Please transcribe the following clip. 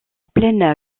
plaine